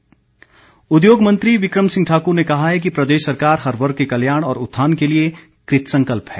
become Singh उद्योग मंत्री बिकम सिंह ठाक्र ने कहा है कि प्रदेश सरकार हर वर्ग के कल्याण और उत्थान के लिए कृतसंकल्प है